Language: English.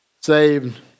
saved